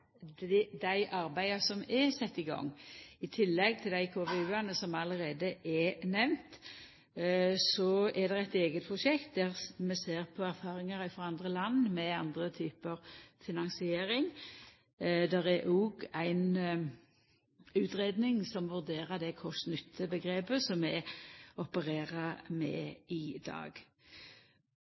dei arbeida som er sette i gang, i tillegg til dei konseptvalutgreiingane som allereie er nemnde, er det eit eige prosjekt der vi ser på erfaringar frå andre land med andre typar finansiering. Det er òg ei utgreiing som vurderer det kost–nytte-omgrepet som vi opererer med i dag.